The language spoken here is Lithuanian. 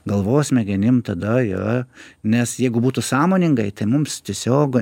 galvos smegenim tada yra nes jeigu būtų sąmoningai tai mums tiesiog